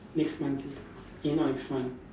next month can take money eh not next month